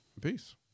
Peace